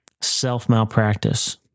self-malpractice